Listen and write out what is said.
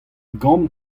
gambr